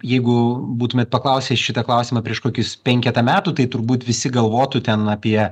jeigu būtumėt paklausę šitą klausimą prieš kokius penketą metų tai turbūt visi galvotų ten apie